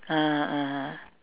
(uh huh) (uh huh)